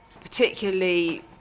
particularly